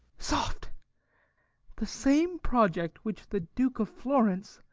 soft the same project which the duke of florence,